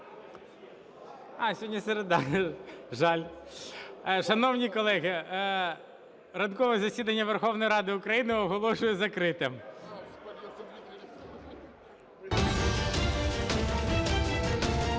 Шановні колеги, ранкове засідання Верховної Ради України оголошую закритим.